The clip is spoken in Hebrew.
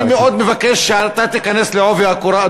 אני מאוד מבקש שאתה תיכנס בעובי הקורה,